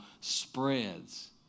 spreads